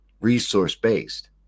resource-based